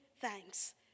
thanks